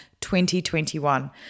2021